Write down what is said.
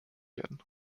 werden